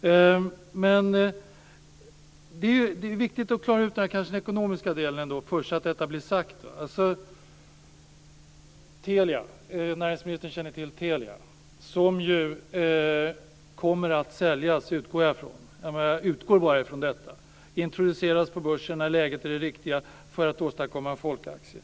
Det kan vara viktigt att klara ut den här ekonomiska delen först, så att detta blir sagt. Näringsministern känner till Telia, som ju kommer att säljas utgår jag från. Jag utgår bara från detta. Telia kommer att introduceras på börsen när läget är det riktiga för att åstadkomma en folkaktie.